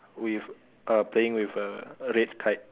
with uh playing with a a red kite